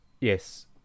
Yes